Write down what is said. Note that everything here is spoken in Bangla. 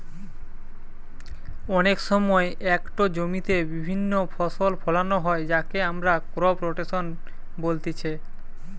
অনেক সময় একটো জমিতে বিভিন্ন ফসল ফোলানো হয় যাকে আমরা ক্রপ রোটেশন বলতিছে